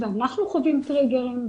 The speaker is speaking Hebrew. ואנחנו חווים טריגרים,